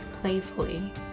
playfully